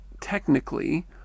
technically